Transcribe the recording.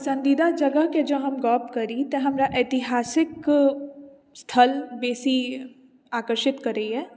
पसन्दीदा जगहके जे हम गप करि तऽ हमरा ऐतिहासिक स्थल बेसी आकर्षित करैया